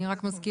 אני רק מזכירה.